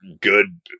good